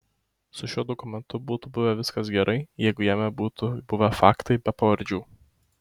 su šiuo dokumentu būtų buvę viskas gerai jeigu jame būtų buvę faktai be pavardžių